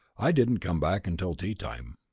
i didn't come back until tea time.